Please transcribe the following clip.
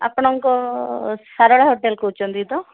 ଆପଣଙ୍କ ସାରଳା ହୋଟେଲ୍ କହୁଛନ୍ତି ତ